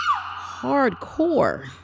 Hardcore